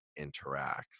interacts